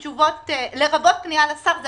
לרבות פנייה לשר.